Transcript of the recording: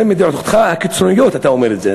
מדעותיך הקיצוניות אתה אומר את זה.